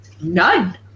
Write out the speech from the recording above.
None